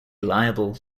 liable